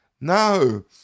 no